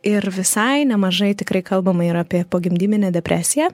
ir visai nemažai tikrai kalbama yra apie pogimdyminę depresiją